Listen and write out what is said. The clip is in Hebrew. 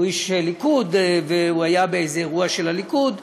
הוא איש ליכוד והוא היה באיזה אירוע של הליכוד,